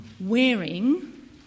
wearing